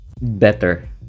better